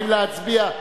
האם להצביע?